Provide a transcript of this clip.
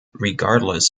regardless